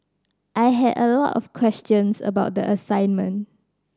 I had a lot of questions about the assignment